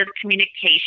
communication